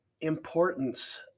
importance